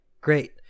great